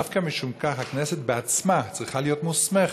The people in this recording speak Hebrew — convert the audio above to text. דווקא משום כך הכנסת בעצמה צריכה להיות מוסמכת,